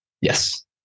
yes